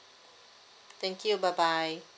thank you bye bye